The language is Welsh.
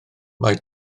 mae